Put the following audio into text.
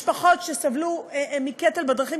משפחות שסבלו מקטל בדרכים,